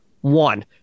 One